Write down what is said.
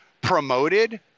promoted